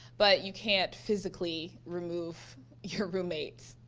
but you can't physically remove your roommate,